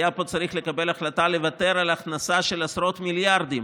היה פה צריך לקבל החלטה לוותר על ההכנסה של עשרות מיליארדים